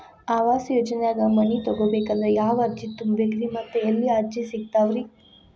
ಆವಾಸ ಯೋಜನೆದಾಗ ಮನಿ ತೊಗೋಬೇಕಂದ್ರ ಯಾವ ಅರ್ಜಿ ತುಂಬೇಕ್ರಿ ಮತ್ತ ಅರ್ಜಿ ಎಲ್ಲಿ ಸಿಗತಾವ್ರಿ?